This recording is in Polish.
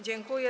Dziękuję.